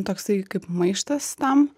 toksai kaip maištas tam